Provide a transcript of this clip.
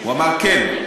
הוא אמר כן.